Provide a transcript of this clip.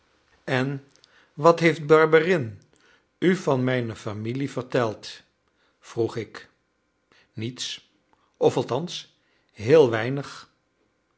en wat heeft barberin u van mijne familie verteld vroeg ik niets of althans heel weinig